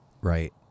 right